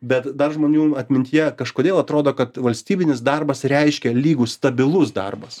bet dar žmonių atmintyje kažkodėl atrodo kad valstybinis darbas reiškia lygus stabilus darbas